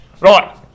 Right